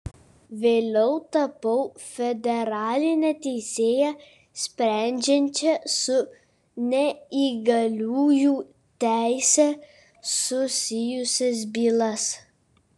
vėliau tapau federaline teisėja sprendžiančia su neįgaliųjų teise susijusias bylas